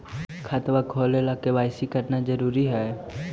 खाता खोले ला के दवाई सी करना जरूरी है?